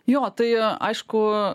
jo tai aišku